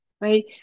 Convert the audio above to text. right